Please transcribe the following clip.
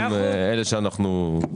הם אלה שאנחנו מקבלים.